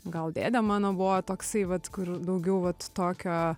gal dėdė mano buvo toksai vat kur daugiau vat tokio